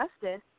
justice